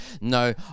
No